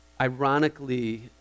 ironically